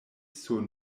sur